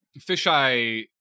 Fisheye